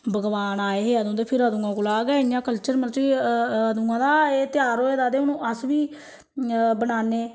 भगवान आए हे अदूं ते फिर अदुऐं कोला गै इ'यां कल्चर मतलब कि अदुआं दा एह् त्यार दा ते अस बी बनान्नें